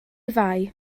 fai